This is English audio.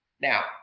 Now